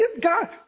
God